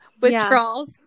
withdrawals